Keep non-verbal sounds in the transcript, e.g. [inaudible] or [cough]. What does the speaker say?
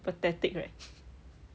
pathetic right [laughs]